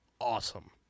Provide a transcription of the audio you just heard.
awesome